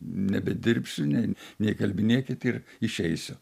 nebedirbsiu ne neįkalbinėkit ir išeisiu